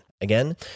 Again